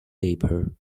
paper